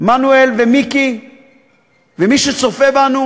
מנואל ומיקי ומי שצופה בנו,